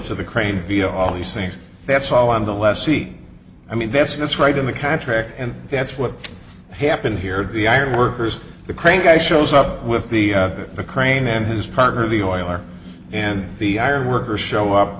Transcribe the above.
to the crane via all these things that's all on the last seat i mean that's that's right in the contract and that's what happened here the ironworkers the crane guy shows up with the crane and his partner the euler and the iron workers show up